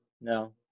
No